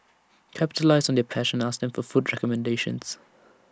capitalise on their passion ask them for food recommendations